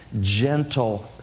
gentle